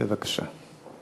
בבקשה.